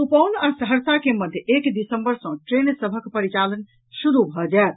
सुपौल आ सहरसा के मध्य एक दिसम्बर सँ ट्रेन सभक परिचालन शुरू भऽ जायत